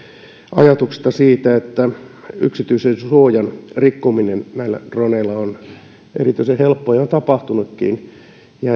ajatuksesta siitä että yksityisyydensuojan rikkominen droneilla on erityisen helppoa ja sitä on tapahtunutkin